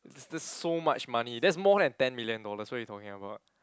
that's that's so much money that's more than ten million dollars what are you talking about